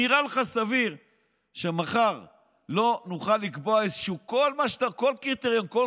נראה לך סביר שמחר לא נוכל לקבוע איזשהו קריטריון שכל